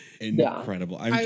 incredible